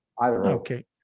okay